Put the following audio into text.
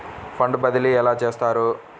Fund బదిలీ ఎలా చేస్తారు?